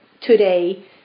today